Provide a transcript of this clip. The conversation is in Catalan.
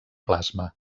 plasma